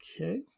Okay